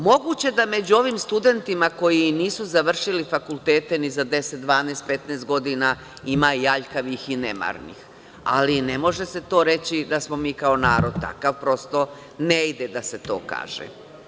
Moguće da među ovim studentima koji nisu završili fakultete ni za 10, 12, 15 godina ima i aljkavih i nemarnih, ali ne može se reći da smo mi kao narod takav, prosto ne ide da se to kaže.